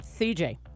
CJ